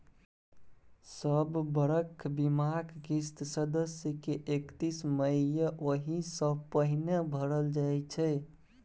सब बरख बीमाक किस्त सदस्य के एकतीस मइ या ओहि सँ पहिने भरल जाइ छै